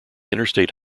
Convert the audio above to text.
interstate